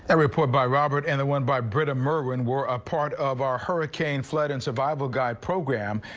and report by robert and one by britta merwin were a part of our hurricane flood and survival guide program.